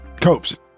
Copes